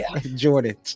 Jordan